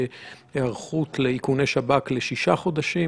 על היערכות לאיכוני שב"כ לשישה חודשים,